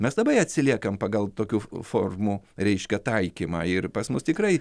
mes labai atsiliekam pagal tokių formų reiškia taikymą ir pas mus tikrai